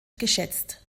geschätzt